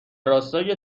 راستای